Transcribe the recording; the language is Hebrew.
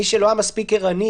מי שלא היה מספיק ערני,